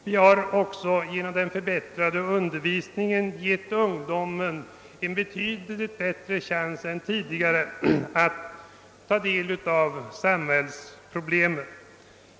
Vi har vidare genom den förbättrade undervisningen givit ungdomen en betydligt större chans än tidigare att ta del av samhällsproblemen.